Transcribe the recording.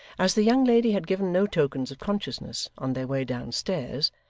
as the young lady had given no tokens of consciousness on their way downstairs,